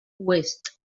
oest